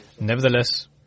Nevertheless